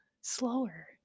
slower